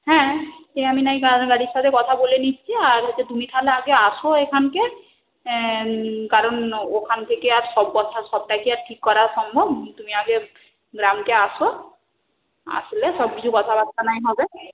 হ্যাঁ সে আমি নাহয় গাড়ির সাথে কথা বলে নিচ্ছি আর হচ্ছে তুমি তাহলে আগে আসো এখানে কারণ ওখান থেকে আর সব কথা সবটাই কি আর ঠিক করা সম্ভব তুমি আগে গ্রামে আসো আসলে সব কিছু কথাবার্তা নয় হবে